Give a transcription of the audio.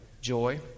joy